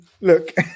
look